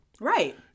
Right